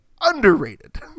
underrated